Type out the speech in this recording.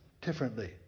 differently